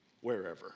wherever